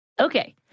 Okay